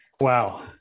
Wow